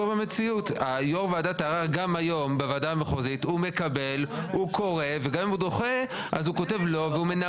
תכנית שאישרה הוועדה המחוזית ואם שונה הייעוד